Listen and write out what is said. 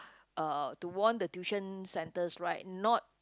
uh to warn the tuition centers right not